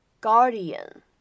guardian